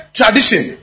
tradition